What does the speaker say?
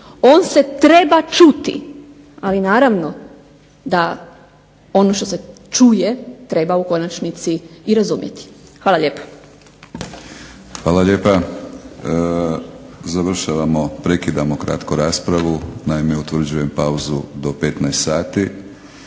On se treba čuti, ali naravno da ono što se čuje treba u konačnici i razumjeti. Hvala lijepo. **Batinić, Milorad (HNS)** Hvala lijepa. Završavamo, prekidamo kratko raspravu. Naime utvrđujem pauzu do 15 sati.